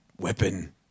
weapon